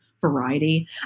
variety